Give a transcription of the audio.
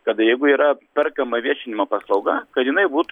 kad jeigu yra perkama viešinimo paslauga kad jinai būt